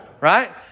Right